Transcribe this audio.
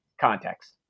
context